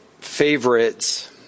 favorites